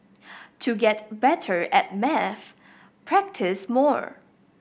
to get better at maths practise more